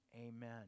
Amen